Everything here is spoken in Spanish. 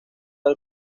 del